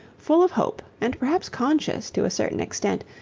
full of hope and perhaps conscious, to a certain extent,